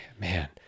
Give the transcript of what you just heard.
man